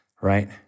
right